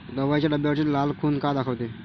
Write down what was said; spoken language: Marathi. दवाईच्या डब्यावरची लाल खून का दाखवते?